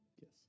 yes